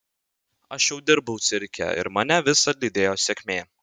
aš jau dirbau cirke ir mane visad lydėjo sėkmė